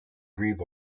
grieve